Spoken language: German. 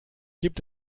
gibt